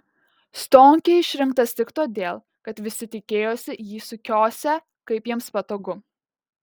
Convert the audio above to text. stonkė išrinktas tik todėl kad visi tikėjosi jį sukiosią kaip jiems patogu